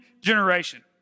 generation